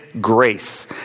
Grace